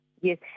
Yes